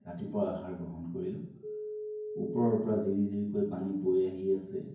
ৰাতিপুৱাৰ আহাৰ গ্ৰহণ কৰিলোঁ ওপৰৰ পৰা পানী জিৰি জিৰিকৈ পানী বৈ আহি আছে